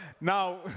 Now